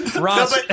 Ross